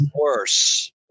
worse